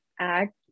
act